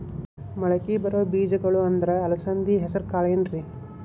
ಮಳಕಿ ಬರೋ ಬೇಜಗೊಳ್ ಅಂದ್ರ ಅಲಸಂಧಿ, ಹೆಸರ್ ಕಾಳ್ ಏನ್ರಿ?